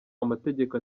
amategeko